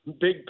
big